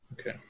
Okay